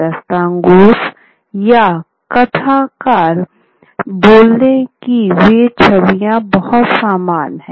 दास्तानगोज़ या कथकर बोलने की वे छवियां बहुत सामान हैं